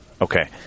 okay